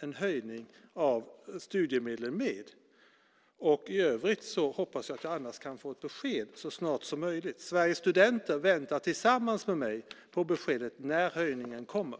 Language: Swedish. en höjning av studiemedlen finns med när den nya budgeten presenteras. I övrigt hoppas jag att så snart som möjligt få ett besked. Sveriges studenter väntar tillsammans med mig på besked om när höjningen kommer.